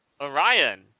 Orion